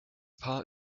paar